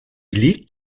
liegt